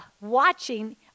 watching